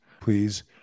please